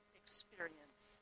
experience